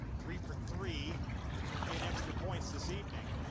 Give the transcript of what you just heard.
three for three in extra points this evening